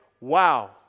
wow